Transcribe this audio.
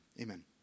amen